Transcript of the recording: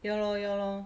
ya lor ya lor